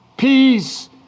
Peace